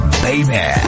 baby